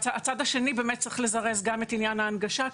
הצד השני באמת צריך לזרז גם את עניין ההנגשה.